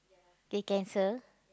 they cancel